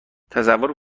تصور